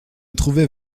trouvai